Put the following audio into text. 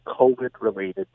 COVID-related